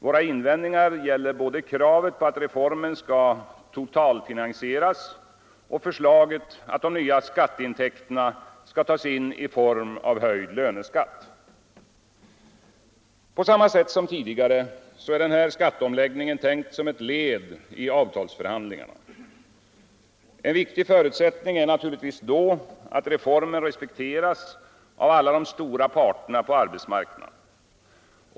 Våra invändningar gäller både kravet på att reformen skall ”totalfinansieras” och förslaget att de nya skatteintäkterna skall tas in i form av höjd löneskatt. På samma sätt som tidigare är denna skatteomläggning tänkt som ett led i avtalsförhandlingarna. En viktig förutsättning är naturligtvis då att reformen respekteras av alla de stora parterna på arbetsmarknaden.